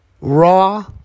raw